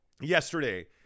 yesterday